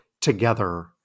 together